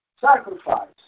sacrifice